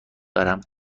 دارم